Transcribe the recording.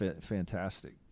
fantastic